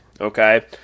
okay